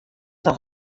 noch